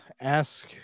ask